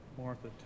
Martha